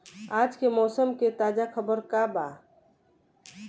आज के मौसम के ताजा खबर का बा?